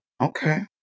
Okay